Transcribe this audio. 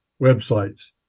websites